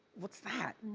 what's that?